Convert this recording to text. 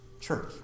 church